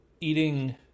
eating